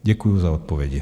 Děkuji za odpovědi.